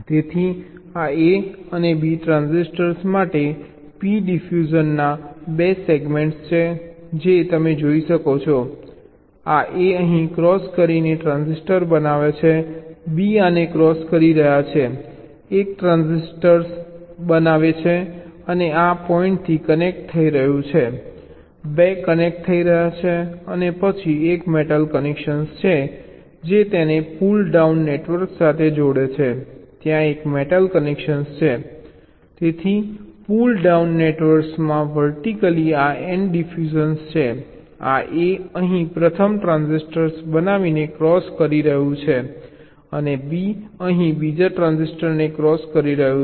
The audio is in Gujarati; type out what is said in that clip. તેથી આ A અને B ટ્રાન્ઝિસ્ટર માટે p ડિફ્યુઝનના 2 સેગમેન્ટ્સ છે જે તમે જોઈ શકો છો આ A અહીં ક્રોસ કરીને ટ્રાન્સિસ્ટર બનાવે છે B આને ક્રોસ કરી રહ્યો છે એક ટ્રાન્સિસ્ટર બનાવે છે અને આ આ પોઇન્ટથી કનેક્ટ થઈ રહ્યું છે 2 કનેક્ટ થઈ રહ્યાં છે અને પછી એક મેટલ કનેક્શન છે જે તેને પુલ ડાઉન નેટવર્ક સાથે જોડે છે ત્યાં એક મેટલ કનેક્શન છે તેથી પુલ ડાઉન નેટવર્ક્સમાં વર્ટિકલી આ n ડિફ્યુઝન છે આ A અહીં પ્રથમ ટ્રાન્ઝિસ્ટર બનાવીને ક્રોસ કરી રહ્યું છે અને B અહીં બીજા ટ્રાન્ઝિસ્ટરને ક્રોસ કરી રહ્યું છે